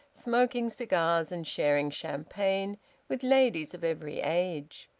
smoking cigars and sharing champagne with ladies of every age.